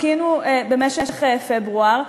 חיכינו במשך פברואר,